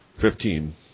Fifteen